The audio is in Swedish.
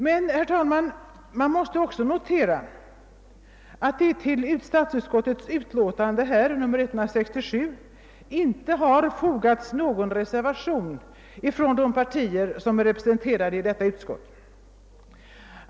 Men, herr talman, man måste också notera att det till statsutskottets utlåtande nr 167 inte har fogats någon reservation av ledamöter från de partier som är representerade i detta utskott.